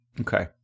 Okay